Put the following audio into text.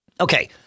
Okay